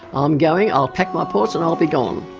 i'm going, i'll pack my ports and i'll be gone.